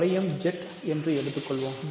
வளையம் Z என்று எடுத்துக்கொள்வோம்